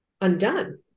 undone